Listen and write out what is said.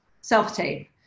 self-tape